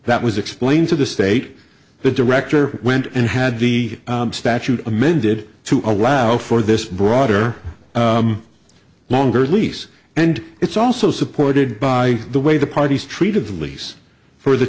was explained to the state the director went and had the statute amended to allow for this broader longer lease and it's also supported by the way the parties treated the lease for the